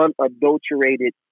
unadulterated